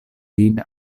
vin